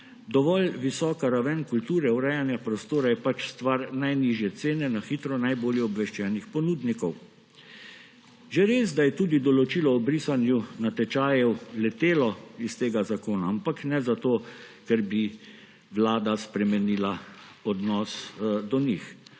dovolj visoka raven kulture urejanja prostora je pač stvar najnižje cene na hitro najboljše obveščenih ponudnikov. Že res, da je tudi določilo o brisanju natečajev letelo iz tega zakona, ampak ne zato, ker bi Vlada spremenila odnos do njih.